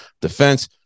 defense